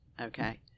okay